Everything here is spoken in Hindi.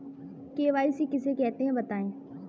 के.वाई.सी किसे कहते हैं बताएँ?